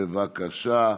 בבקשה,